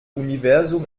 universum